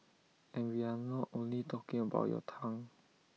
and we are not only talking about your tongue